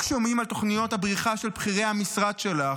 שומעים על תוכניות הבריחה של בכירי המשרד שלך,